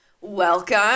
welcome